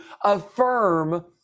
affirm